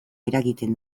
eragiten